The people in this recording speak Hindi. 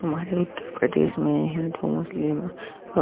हमारे उतर प्रदेश में हिन्दू मुस्लिम